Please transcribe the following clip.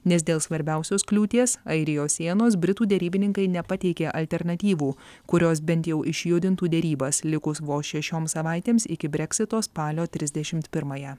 nes dėl svarbiausios kliūties airijos sienos britų derybininkai nepateikė alternatyvų kurios bent jau išjudintų derybas likus vos šešioms savaitėms iki breksito spalio trisdešimt pirmąją